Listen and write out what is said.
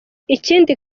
ikindi